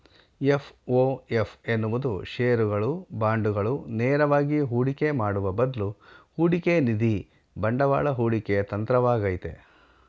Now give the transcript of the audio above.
FOF ಎನ್ನುವುದು ಶೇರುಗಳು, ಬಾಂಡುಗಳು ನೇರವಾಗಿ ಹೂಡಿಕೆ ಮಾಡುವ ಬದ್ಲು ಹೂಡಿಕೆನಿಧಿ ಬಂಡವಾಳ ಹೂಡಿಕೆ ತಂತ್ರವಾಗೈತೆ